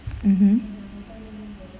mmhmm